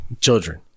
children